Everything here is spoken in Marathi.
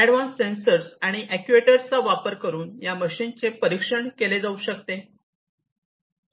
ऍडव्हान्स सेन्सर आणि अॅक्ट्युएटरचा वापर करून या मशीन्सचे परीक्षण केले जाऊ शकते